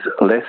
less